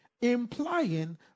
implying